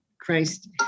Christ